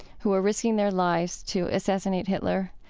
who are risking their lives to assassinate hitler,